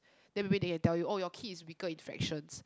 then maybe they can tell you oh your kid is weaker in fractions